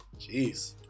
Jeez